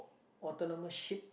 autonomous ship